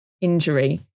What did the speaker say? injury